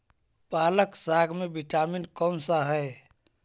पालक साग में विटामिन कौन सा है?